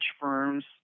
firms